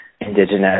indigenous